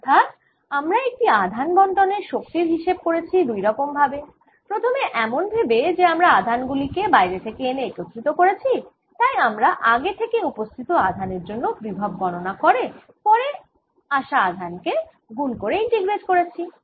অর্থাৎ আমরা একটি আধান বণ্টনের শক্তির হিসেব করেছি দুই রকম ভাবে প্রথমে এমন ভেবে যে আমরা আধান গুলি কে বাইরে থেকে এনে একত্রিত করেছি তাই আমরা আগে থেকে উপস্থিত আধান এর জন্য বিভব গণনা করে পরে আসা আধান কে গুন করে ইন্টিগ্রেট করেছি